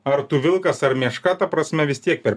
ar tu vilkas ar meška ta prasme vis tiek per